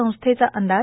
संस्थेचा अंदाज